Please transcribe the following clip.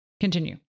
Continue